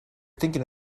thinking